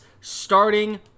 starting